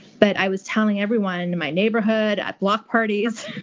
but i was telling everyone in my neighborhood, at block parties,